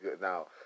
now